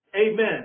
Amen